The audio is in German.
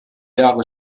jahre